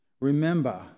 Remember